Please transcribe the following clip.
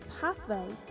pathways